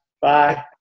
bye